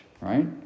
right